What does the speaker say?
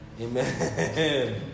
Amen